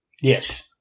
Yes